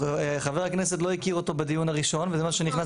חבר הכנסת לא הכיר אותו בדיון הראשון וזה מה שנכנס